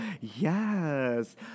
Yes